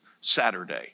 Saturday